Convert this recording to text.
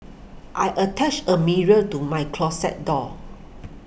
I attached a mirror to my closet door